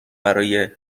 برای